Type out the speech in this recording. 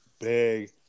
big